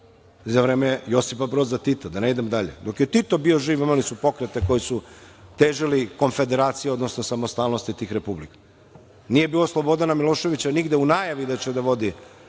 za vreme Josipa Broza Tita, da ne idem dalje. Dok je Tito bio živ, imali su pokrete koje su težili konfederaciji, odnosno samostalnosti tih republika, nije bilo Slobodana Miloševića u najavi nigde da će da vodi